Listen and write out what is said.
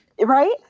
Right